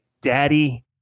Daddy